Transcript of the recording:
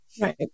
Right